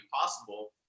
possible